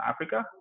Africa